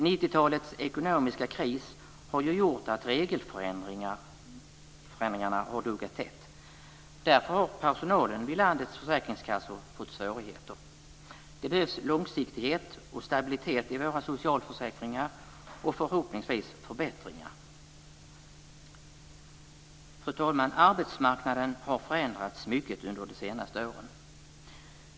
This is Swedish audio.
90-talets ekonomiska kris har ju gjort att regelförändringarna har duggat tätt. Därför har personalen vid landets försäkringskassor fått svårigheter. Det behövs långsiktighet och stabilitet i våra socialförsäkringar, och förhoppningsvis ska det bli förbättringar. Fru talman! Arbetsmarknaden har förändrats mycket under de senaste åren.